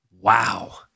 Wow